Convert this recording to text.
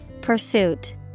Pursuit